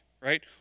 right